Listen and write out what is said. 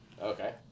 Okay